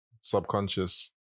subconscious